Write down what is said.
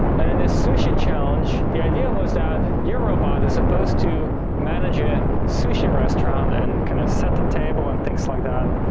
and in this sushi challenge, the idea was that your robot is supposed to manage a sushi restaurant and kind of set the table and things like that,